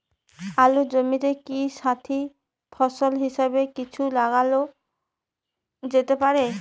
আলুর জমিতে কি সাথি ফসল হিসাবে কিছু লাগানো যেতে পারে?